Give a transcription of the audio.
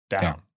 down